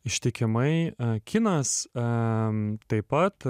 ištikimai a kinas a taip pat